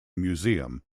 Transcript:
museum